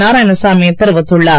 நாராயணசாமி தெரிவித்துள்ளார்